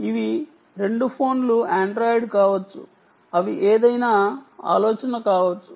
ఇవి రెండు ఫోన్లు ఆండ్రాయిడ్ కావచ్చు అవి ఏదైనా కావచ్చు